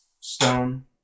stone